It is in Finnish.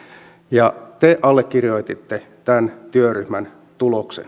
ja te allekirjoititte tämän työryhmän tuloksen